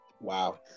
Wow